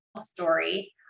story